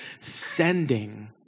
sending